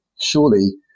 Surely